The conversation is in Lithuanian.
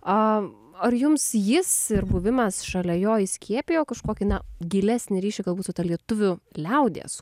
a ar jums jis ir buvimas šalia jo įskiepijo kažkokį gilesnį ryšį galbūt ta lietuvių liaudies